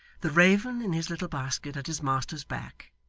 the raven, in his little basket at his master's back,